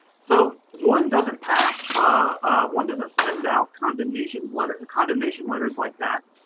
so one doesn't pass, ah one doesn't send out condemnations letters condemnations letters like that,